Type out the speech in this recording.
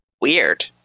Weird